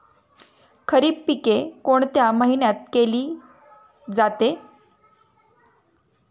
खरीप पिके कोणत्या महिन्यात केली जाते?